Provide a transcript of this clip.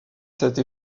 cette